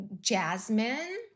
jasmine